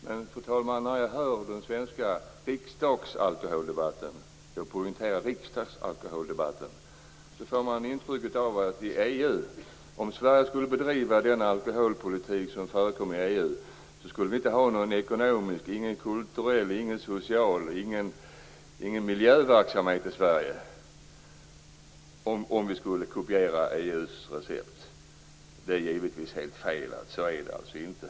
Men när jag hör den svenska riksdagsalkoholdebatten - och jag poängterar riksdagsalkoholdebatten - får man intrycket av att om Sverige skulle bedriva den alkoholpolitik som förs inom EU och kopiera EU:s recept skulle vi inte ha vare sig någon ekonomisk verksamhet, kulturell verksamhet eller någon social verksamhet och inte heller någon miljöverksamhet i Sverige. Det är givetvis helt fel. Så är det alltså inte.